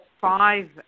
five